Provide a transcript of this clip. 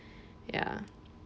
ya